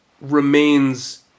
remains